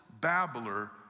babbler